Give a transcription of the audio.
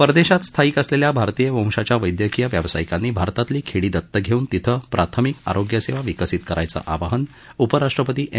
परदेशात स्थायिक असलेल्या भारतीय वंशाच्या वैद्यकीय व्यावसायिकांनी भारतातली खेडी दत्तक घेऊन तिथं प्राथमिक आरोग्यसेवा विकसित करायचं आवाहन उपराष्ट्रपती एम